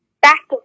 back